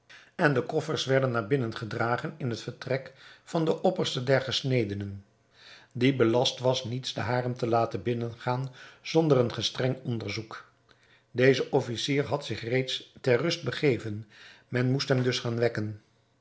en de koffers werden naar binnen gedragen in het vertrek van den opperste der gesnedenen die belast was niets den harem te laten binnen gaan zonder een gestreng onderzoek deze officier had zich reeds ter rust begeven men moest hem dus gaan wekken